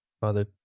Father